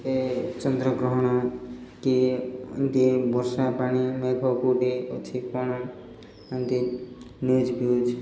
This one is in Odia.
ଏ ଚନ୍ଦ୍ରଗ୍ରହଣ କି ଏମିତି ବର୍ଷା ପାଣି ମେଘ କେଉଁଠି ଅଛି କ'ଣ ଏମିତି ନ୍ୟୁଜ୍ ଫ୍ୟୁଜ୍